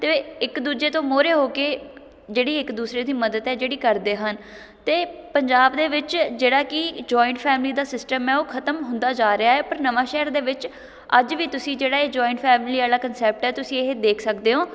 ਅਤੇ ਇੱਕ ਦੂਜੇ ਤੋਂ ਮੂਹਰੇ ਹੋ ਕੇ ਜਿਹੜੀ ਇੱਕ ਦੂਸਰੇ ਦੀ ਮਦਦ ਹੈ ਜਿਹੜੀ ਕਰਦੇ ਹਨ ਅਤੇ ਪੰਜਾਬ ਦੇ ਵਿੱਚ ਜਿਹੜਾ ਕਿ ਜੋਇੰਟ ਫੈਮਿਲੀ ਦਾ ਸਿਸਟਮ ਹੈ ਉਹ ਖਤਮ ਹੁੰਦਾ ਜਾ ਰਿਹਾ ਹੈ ਪਰ ਨਵਾਂਸ਼ਹਿਰ ਦੇ ਵਿੱਚ ਅੱਜ ਵੀ ਤੁਸੀਂ ਜਿਹੜਾ ਇਹ ਜੋਇੰਟ ਫੈਮਲੀ ਵਾਲਾ ਕੰਨਸੈਪਟ ਹੈ ਤੁਸੀਂ ਇਹ ਦੇਖ ਸਕਦੇ ਹੋ